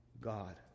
God